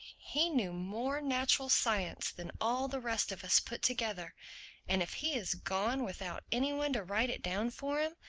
he knew more natural science than all the rest of us put together and if he has gone without any one to write it down for him,